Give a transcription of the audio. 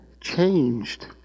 changed